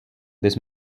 this